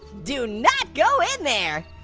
do not go in there!